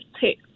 take